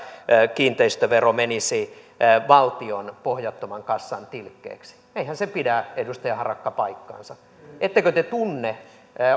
kiinteistövero menisi valtion pohjattoman kassaan tilkkeeksi eihän se pidä edustaja harakka paikkaansa ettekö te tunne